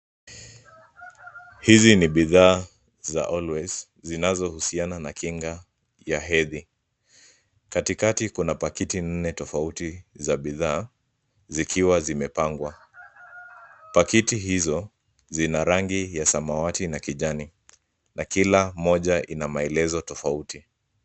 Hizi ni bidhaa za Always zinazohusiana na kiga ya hedhi. Katikati kuna pakiti nne tofauti za bidhaa zikiwa zimepangwa. Pakiti hizo, zina rangi ya samawati na kijani na kila moja ina melezo tofauti.